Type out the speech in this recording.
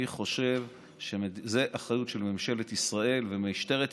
אני חושב שזאת אחריות של ממשלת ישראל ושל משטרת ישראל,